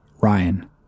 Ryan